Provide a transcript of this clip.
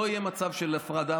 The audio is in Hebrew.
לא יהיה מצב של הפרדה.